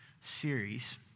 series